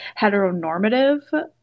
heteronormative